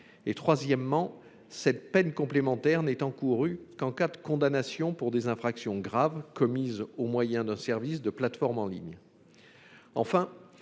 ; troisièmement, cette peine complémentaire est encourue seulement en cas de condamnation pour des infractions graves commises au moyen d’un service de plateforme en ligne.